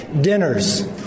Dinners